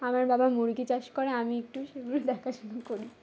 আমার বাবা মুরগি চাষ করে আমি একটু সেগুলো দেখা শুরু করি